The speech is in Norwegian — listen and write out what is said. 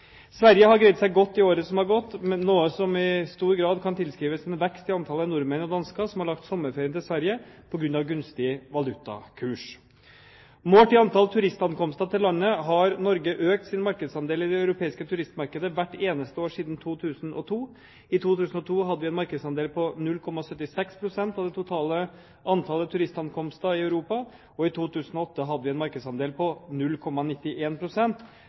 Sverige har greid seg godt i året som har gått, noe som i stor grad kan tilskrives en vekst i antallet nordmenn og dansker som har lagt sommerferien til Sverige på grunn av gunstig valutakurs. Målt i antall turistankomster til landet har Norge økt sin markedsandel i det europeiske turistmarkedet hvert eneste år siden 2002. I 2002 hadde vi en markedsandel på 0,76 pst. av det totale antallet turistankomster i Europa. I 2008 hadde vi en markedsandel på